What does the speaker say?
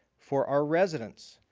for our residents,